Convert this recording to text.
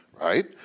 right